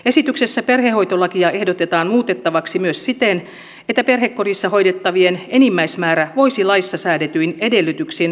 esityksessä perhehoitolakia ehdotetaan muutettavaksi myös siten että perhekodissa hoidettavien enimmäismäärä voisi laissa säädetyin edellytyksin olla kuusi